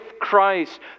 Christ